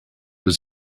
was